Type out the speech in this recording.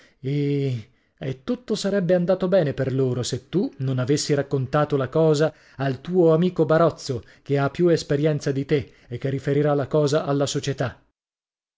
e e tutto sarebbe andato bene per loro se tu non avessi raccontato la cosa al tuo amico barozzo che ha più esperienza di te e che riferirà la cosa alla società